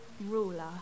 ruler